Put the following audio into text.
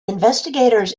investigators